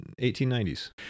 1890s